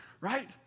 right